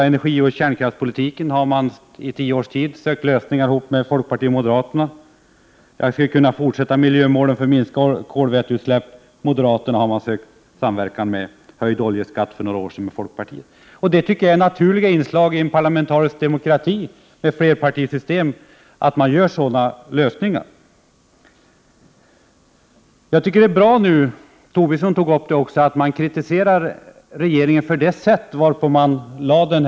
I energioch kärnkraftspolitiken har man under tio års tid sökt åstadkomma lösningar tillsammans med folkpartiet och moderaterna. Vidare gäller det miljömålen — t.ex. de minskade kolväteutsläppen, en fråga där man har sökt samverkan med moderaterna. Dessutom fick man för några år sedan tillsammans med folkpartiet till stånd en majoritet för höjd oljeskatt. Jag tycker att det är naturligt i en parlamentarisk demokrati med flerpartisystem att det blir sådana lösningar. Det är bra att man — Lars Tobisson tog också upp detta — kritiserar regeringen för det sätt på vilket propositionen lades fram.